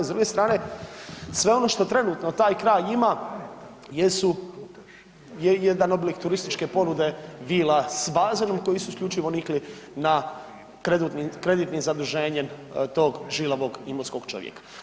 S druge strane sve ono što trenutno taj kraj ima jesu, je jedan oblik turističke ponude vila s bazenom koji su isključivo nikli na kreditnim zaduženjem tog žilavog imotskog čovjeka.